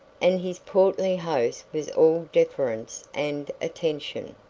and his portly host was all deference and attention.